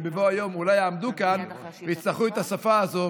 ובבוא היום אולי יעמדו כאן ויצטרכו את השפה הזו,